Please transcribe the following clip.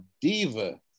Diva